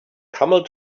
camel